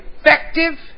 effective